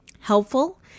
helpful